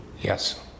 Yes